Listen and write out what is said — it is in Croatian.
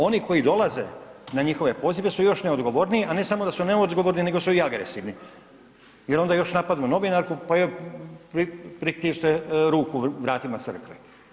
Oni koji dolaze na njihove pozive su još neodgovorniji, a ne samo da su neodgovorni nego su i agresivni jel onda još napadnu novinarku pa joj pritisne ruku vratima crkve.